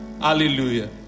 Hallelujah